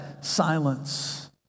silence